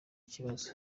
kibazo